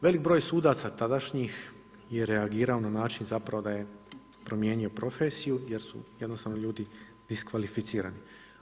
Velik broj sudaca tadašnjih je reagirao na način zapravo da je promijenio profesiju jer su jednostavno ljudi diskvalificirani.